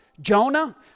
Jonah